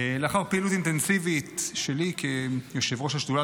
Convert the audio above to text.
לאחר פעילות אינטנסיבית שלי כיושב-ראש השדולה